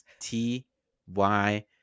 T-Y